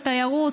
התיירות,